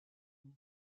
own